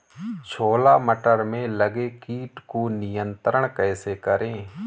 छोला मटर में लगे कीट को नियंत्रण कैसे करें?